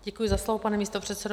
Děkuji za slovo, pane místopředsedo.